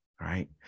right